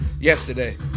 yesterday